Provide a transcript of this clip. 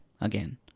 again